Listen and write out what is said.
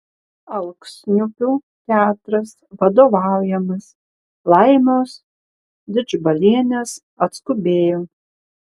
alksniupių teatras vadovaujamas laimos didžbalienės atskubėjo